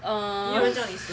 err